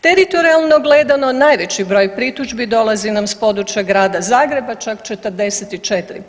Teritorijalno gledano najveći broj pritužbi dolazi nam s područja Grada Zagreba čak 44%